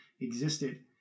existed